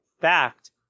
fact